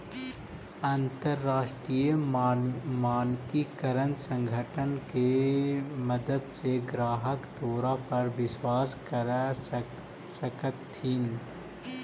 अंतरराष्ट्रीय मानकीकरण संगठन के मदद से ग्राहक तोरा पर विश्वास कर सकतथीन